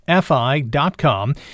FI.com